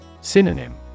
Synonym